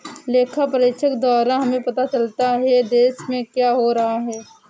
लेखा परीक्षक द्वारा हमें पता चलता हैं, देश में क्या हो रहा हैं?